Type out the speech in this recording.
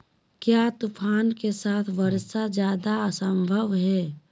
क्या तूफ़ान के साथ वर्षा जायदा संभव है?